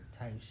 Type